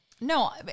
No